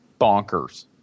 bonkers